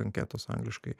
anketos angliškai